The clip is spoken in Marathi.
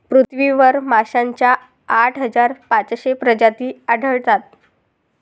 पृथ्वीवर माशांच्या आठ हजार पाचशे प्रजाती आढळतात